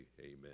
amen